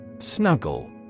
Snuggle